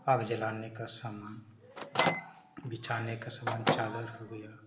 आग जलाने का सामान बिछाने का सामान चादर हो गया